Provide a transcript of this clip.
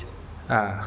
ah